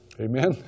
Amen